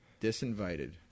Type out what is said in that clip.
Disinvited